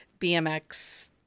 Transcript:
BMX